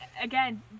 again